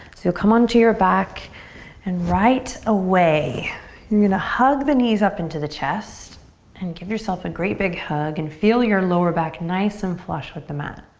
so come onto your back and right away you're gonna hug the knees up into the chest and give yourself a great big hug and feel your lower back nice and flush with the mat.